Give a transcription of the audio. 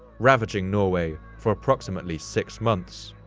ravaging norway for approximately six months.